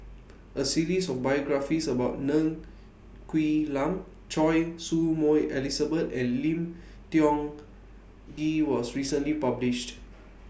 A series of biographies about Ng Quee Lam Choy Su Moi Elizabeth and Lim Tiong Ghee was recently published